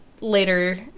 later –